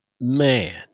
Man